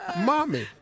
Mommy